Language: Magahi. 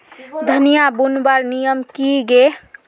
धनिया बूनवार नियम की गे?